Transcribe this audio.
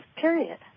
period